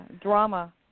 drama